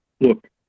Look